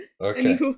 Okay